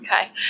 Okay